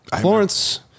Florence